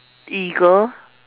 eagle